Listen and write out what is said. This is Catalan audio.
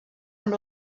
amb